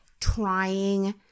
trying